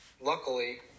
luckily